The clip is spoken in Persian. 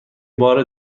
بار